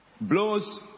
Blows